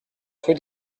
rue